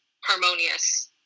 harmonious